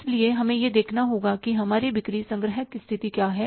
इसलिए हमें यह देखना होगा कि हमारी बिक्री संग्रह की स्थिति क्या होगी